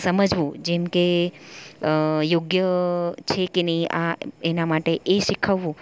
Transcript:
સમજવું જેમ કે યોગ્ય છે કે નહીં આ એના માટે એ શીખવવું